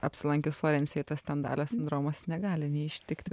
apsilankius florencijoj tas stendalio sindromas negali neištikti